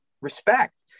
respect